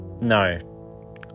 No